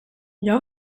jag